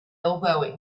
elbowing